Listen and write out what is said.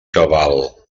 cabal